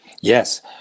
Yes